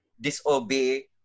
disobey